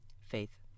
faith